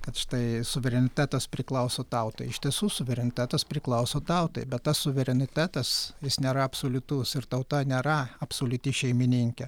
kad štai suverenitetas priklauso tautai iš tiesų suverenitetas priklauso tautai bet tas suverenitetas jis nėra absoliutus ir tauta nėra absoliuti šeimininkė